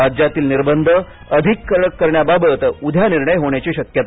राज्यातील निर्बंध अधिक कडक करण्याबाबत उद्या निर्णय होण्याची शक्यता